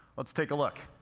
let's take a look.